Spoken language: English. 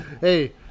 hey